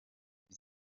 ibi